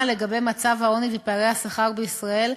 לגבי מצב העוני ופערי השכר בישראל,